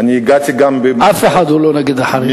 אני הגעתי מבית, אף אחד לא נגד החרדים.